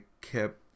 kept